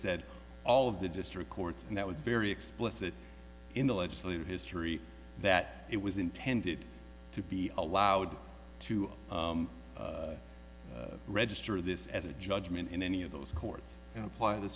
said all of the district courts and that was very explicit in the legislative history that it was intended to be allowed to register this as a judgment in any of those courts and apply the